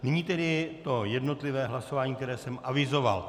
Nyní tedy to jednotlivé hlasování, které jsem avizoval.